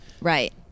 Right